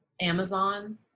Amazon